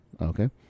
okay